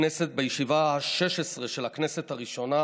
ה-16 של הכנסת הראשונה,